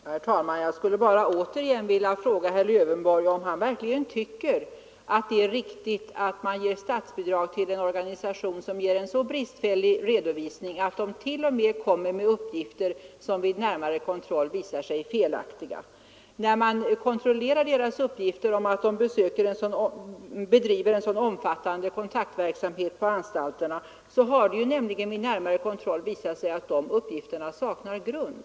Herr talman! Jag skulle bara återigen vilja fråga herr Lövenborg om han verkligen tycker att det är riktigt att lämna statsbidrag till en organisation som ger en så bristfällig redovisning att den t.o.m. lämnar uppgifter som vid närmare kontroll visar sig felaktiga. Då man kontrollerat KRUM:s uppgifter om att organisationen bedriver en mycket omfattande kontaktverksamhet på anstalterna har det nämligen visat sig att uppgifterna saknar grund.